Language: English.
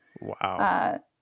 Wow